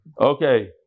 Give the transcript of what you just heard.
Okay